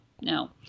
no